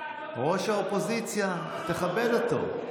ראש האופוזיציה מחכה, תכבד אותו.